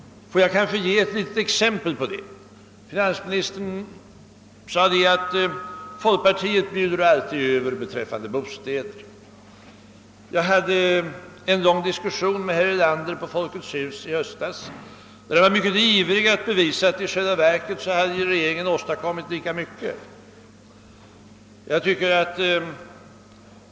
Får jag kanske ge ett litet exempel på detta? Finansministern sade att folkpartiet alltid bjuder över beträffande bostäder. Jag hade en lång diskussion med herr Erlander på Folkets hus i höstas, och han var då mycket ivrig att bevisa att regeringen i själva verket hade åstadkommit lika mycket och kanske ändå litet mer.